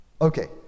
Okay